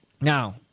Now